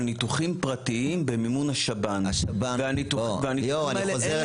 על ניתוחים פרטיים במימון השב"ן והניתוחים האלה,